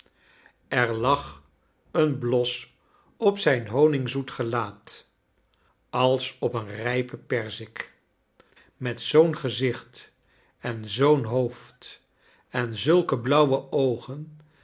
er lag een bios op zijn honigzoet gelaa't als op een rijpe perzik met zoo'n gezicht en zoom hoofd en zulke blauwe oogen